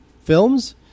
films